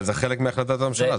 אבל זה חלק מהחלטת הממשלה,